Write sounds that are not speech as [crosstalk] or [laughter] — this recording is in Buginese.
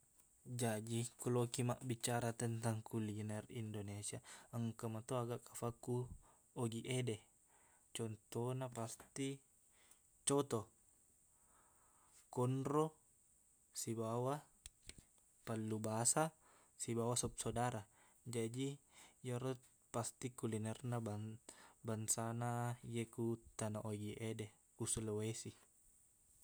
Jaji [noise] ku [noise] lokiq bicara tentang kuliner indonesia engka meto aga kufakku ogiq ede contohna [noise] pasti coto konro sibawa pallu basa sibawa sop sodara jaji iyero pasti kulinerna bang- bangsana iye ku tana ogiq ede ku sulawesi